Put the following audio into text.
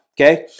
Okay